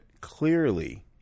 clearly